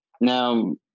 Now